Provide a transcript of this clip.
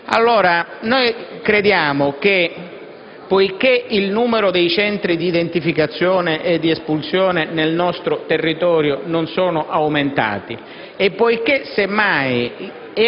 Allora, crediamo che, poiché il numero dei centri di identificazione e di espulsione nel nostro territorio non è aumentato, e poiché semmai